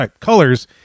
colors